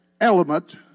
element